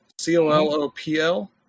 C-O-L-O-P-L